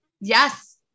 Yes